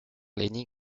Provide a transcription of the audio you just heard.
lenny